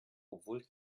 obwohl